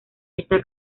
está